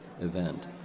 event